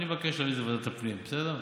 אני מבקש להעביר את זה לוועדת הפנים, בסדר?